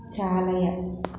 चालय